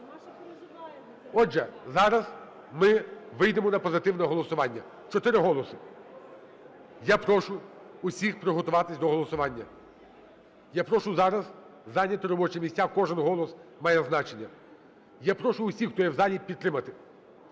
Отже, зараз ми вийдемо на позитивне голосування, 4 голоси. Я прошу усіх приготуватись до голосування. Я прошу зараз зайняти робочі місця, кожен голос має значення. Я прошу усіх, хто є в залі, підтримати.